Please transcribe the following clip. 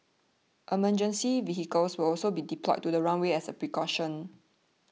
emergency vehicles will also be deployed to the runway as a precaution